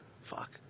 Fuck